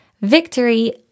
Victory